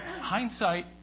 hindsight